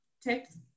tips